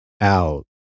out